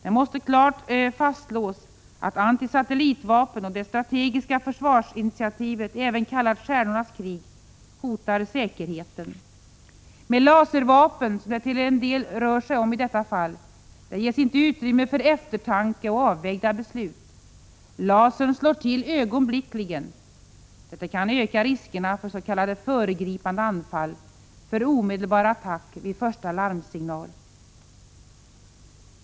Det måste klart fastslås att antisatellitvapen och det strategiska försvarsinitiativet, även kallat stjärnornas krig, hotar säkerheten. Med laservapen, som det delvis rör sig om i detta fall, ges det inte utrymme för eftertanke och avvägda beslut. Lasern slår till ögonblickligen. Detta kan öka riskerna för s.k. föregripande anfall, för omedelbar attack vid första larmsignal.